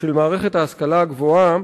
במערכת ההשכלה הגבוהה